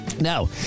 Now